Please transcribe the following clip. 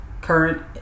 current